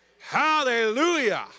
Hallelujah